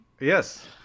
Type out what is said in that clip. Yes